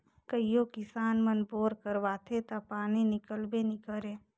कइयो किसान मन बोर करवाथे ता पानी हिकलबे नी करे